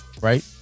right